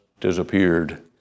disappeared